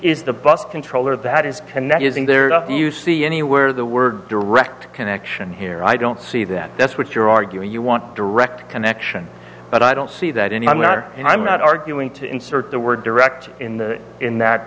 is the bus controller that is connect using there you see anywhere the word direct connection here i don't see that that's what you're arguing you want direct connection but i don't see that and i'm not and i'm not arguing to insert the word directly in the in that